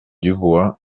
dubois